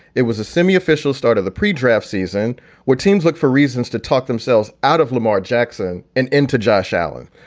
it was a semi official start of the pre-draft season where teams look for reasons to talk themselves out of lamar jackson and into josh allen.